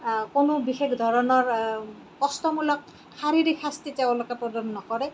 কোনো বিশেষ ধৰণৰ কষ্টমূলক শাৰীৰিক শাস্তি তেওঁলোকে প্ৰদান নকৰে